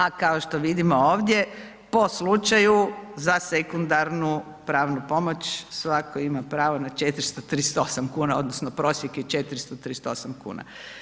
A kao što vidimo ovdje po slučaju za sekundarnu pravnu pomoć svatko ima pravo na 438 kuna odnosno prosjek je 438 kuna.